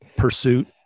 pursuit